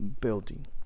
building